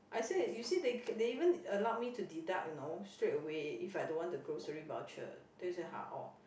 I say you see they c~ they even allowed me to deduct you know straight away if I don't want the grocery voucher then he say !huh! orh